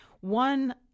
one